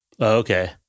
Okay